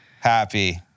Happy